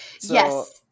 Yes